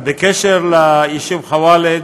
בקשר ליישוב ח'וואלד,